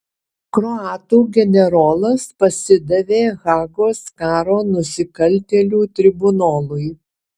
kroatų generolas pasidavė hagos karo nusikaltėlių tribunolui